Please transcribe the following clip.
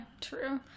true